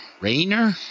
Rayner